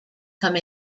come